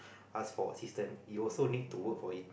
ask for assistance you also need to work for it